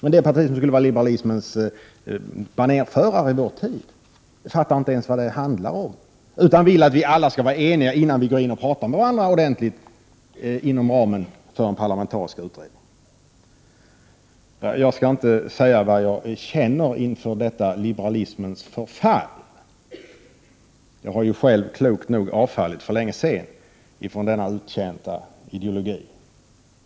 Men det parti som skulle vara liberalismens banerförare i vår tid fattar inte ens vad det handlar om utan vill att vi alla skall vara eniga innan vi går in och pratar med varandra ordentligt inom ramen för den parlamentariska utredningen. Jag skall inte säga vad jag känner inför detta liberalismens förfall. Jag har ju själv klokt nog avfallit för länge sedan från denna uttjänta ideologi.